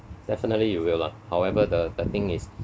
definitely you will lah however the the thing is